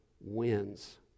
wins